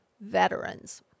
veterans